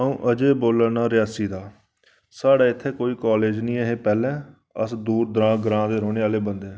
अ'ऊं अजय बोल्ला ना रियासी दा साढ़े इत्थै कोई कॉलेज निं हे पैह्लें अस दूए दूर दराज ग्रां दे रौह्ने आह्ले बंदे आं